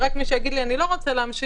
ורק מי שיגיד לי שהוא לא רוצה להמשיך